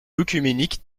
œcuménique